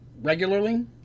regularly